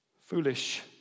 foolish